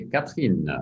Catherine